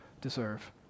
deserve